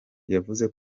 yavuze